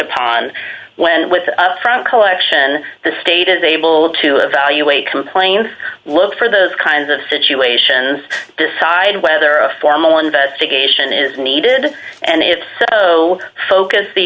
upon when with from collection the state is able to evaluate complaints look for those kinds of situations decide whether a formal investigation is needed and if so focus the